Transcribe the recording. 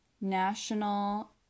National